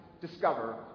discover